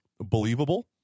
believable